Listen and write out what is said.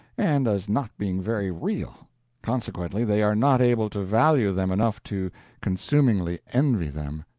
and as not being very real consequently, they are not able to value them enough to consumingly envy them.